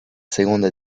seconda